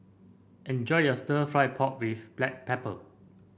enjoy your stir fry pork with Black Pepper